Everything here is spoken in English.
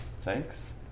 thanks